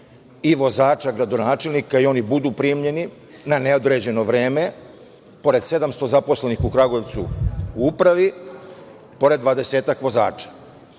i vozača gradonačelnika i oni budu primljeni na neodređeno vreme, pored 700 zaposlenih u Kragujevcu u upravi, pored 20-ak vozača.